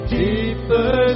Deeper